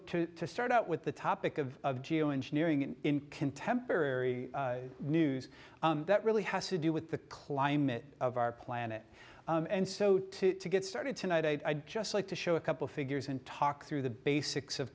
to start out with the topic of geo engineering in contemporary news that really has to do with the climate of our planet and so to to get started tonight i'd just like to show a couple figures and talk through the basics of